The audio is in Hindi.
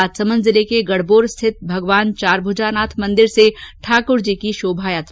राजसमंद जिले के गड़बोर स्थित भगवान चारभुजानाथ मंदिर से ठाक्रजी की शोभायात्रा निकाली गई